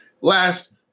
Last